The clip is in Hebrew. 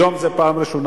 היום זו הפעם הראשונה,